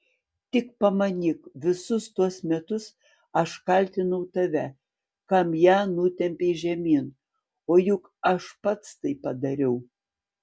tik pamanyk visus tuos metus aš kaltinau tave kam ją nutempei žemyn o juk aš pats tai padariau